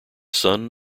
son